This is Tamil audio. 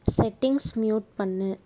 செட்டிங்ஸ் மியூட் பண்ணு